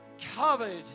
covered